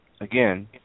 again